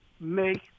make